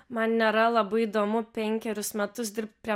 man nėra labai įdomu penkerius metus dirbt prie